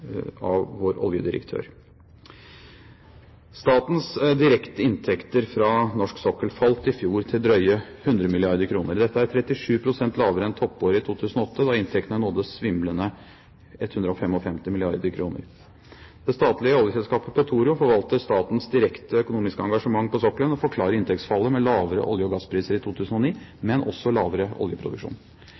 vår oljedirektør. Statens direkte inntekter fra norsk sokkel falt i fjor til drøyt 100 mrd. kr. Dette er 37 pst. lavere enn i toppåret 2008, da inntektene nådde svimlende 155 mrd. kr. Det statlige oljeselskapet Petoro forvalter statens direkte økonomiske engasjement på sokkelen og forklarer inntektsfallet med lavere olje- og gasspriser i 2009, men også lavere oljeproduksjon.